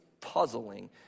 puzzling